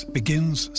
begins